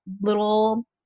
little